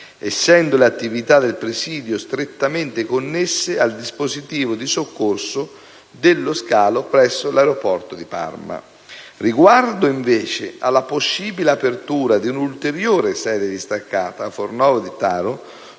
essendo le attività del presidio strettamente connesse al dispositivo di soccorso dello scalo presso l'aeroporto di Parma. Riguardo, invece, alla possibile apertura di un'ulteriore sede distaccata a Fornovo di Taro,